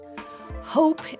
Hope